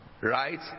Right